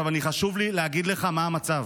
עכשיו חשוב לי להגיד לך מה המצב.